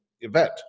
event